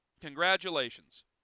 Congratulations